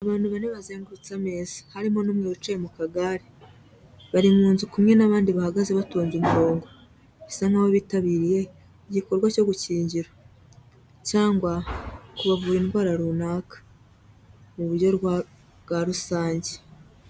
Abantu bane bazengurutse ameza harimo n'umwe wicaye mu kagare, bari mu nzu kumwe n'abandi bahagaze batonze umurongo, bisa nk'aho bitabiriye igikorwa cyo gukingira cyangwa kubavura indwara runaka mu buryo bwa rusange.